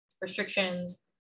restrictions